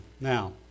Now